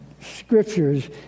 scriptures